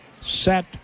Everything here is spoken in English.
set